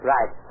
Right